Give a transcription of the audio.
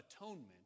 atonement